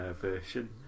version